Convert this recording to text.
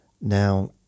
Now